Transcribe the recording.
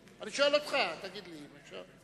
אני שואל אותך, תגיד לי אם אפשר.